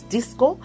Disco